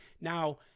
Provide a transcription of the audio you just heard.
Now